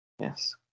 Yes